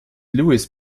lewis